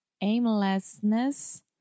aimlessness